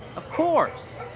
of course.